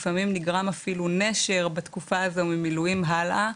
לעיתים, נגרם אפילו נשר בתקופה הזו ממילואים הלאה.